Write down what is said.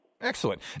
Excellent